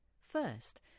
First